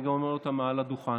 אני אומר אותה גם מעל הדוכן.